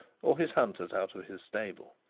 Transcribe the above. or his hunters out of his stable.